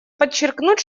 подчеркнуть